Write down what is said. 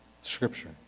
scripture